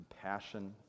compassion